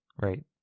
Right